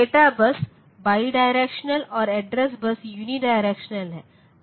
data bus bidirectional और address bus unidirectional है